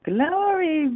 Glory